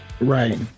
Right